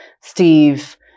Steve